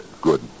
Good